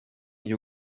you